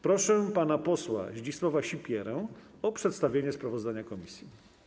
Proszę pana posła Zdzisława Sipierę o przedstawienie sprawozdania komisji.